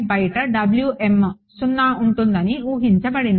బయట 0 ఉంటుందని ఊహించబడింది